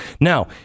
Now